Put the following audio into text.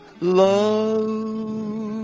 love